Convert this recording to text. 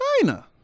China